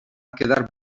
quedar